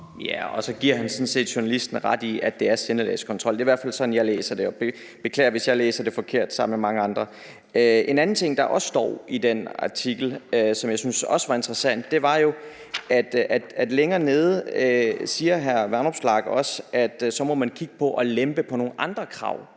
Ja, og så giver han sådan set journalisten ret i, at det er sindelagskontrol. Det er i hvert fald sådan, jeg læser det. Jeg beklager, hvis jeg læser det forkert sammen med mange andre. En anden ting, der også står i den artikel, og som jeg syntes også var interessant, var, at længere nede siger hr. Alex Vanopslagh også, at så må man kigge på at lempe på nogle andre krav.